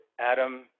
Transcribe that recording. Adam